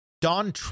Don